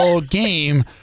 game